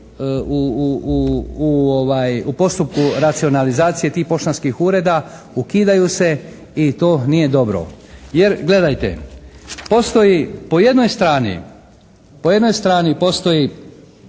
u postupku racionalizacije tih poštanskih ureda ukidaju se i to nije dobro. Jer gledajte. Postoji po jednoj strani, po